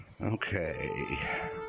Okay